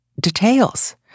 details